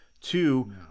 Two